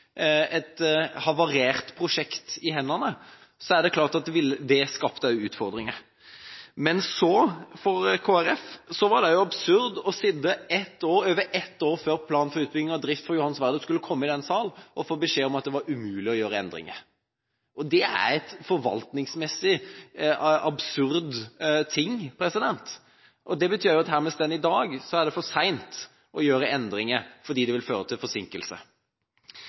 et havarert prosjekt i hendene, er det klart at det også skapte utfordringer. Men for Kristelig Folkeparti var det også absurd å vente i over ett år før plan for utbygging og drift av Johan Sverdrup skulle komme i denne salen, og så få beskjed om at det var umulig å gjøre endringer. Det er en forvaltningsmessig absurd ting. Det betyr at her vi står i dag, er det for sent å gjøre endringer, fordi det vil føre til